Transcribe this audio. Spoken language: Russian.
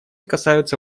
касаются